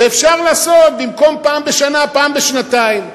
ואפשר לעשות, במקום פעם בשנה, פעם בשנתיים.